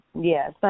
Yes